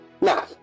Now